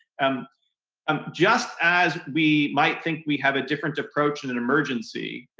um um just as we might think we have a different approach in an emergency,